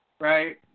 right